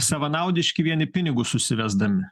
savanaudiški vien į pinigus užsivesdami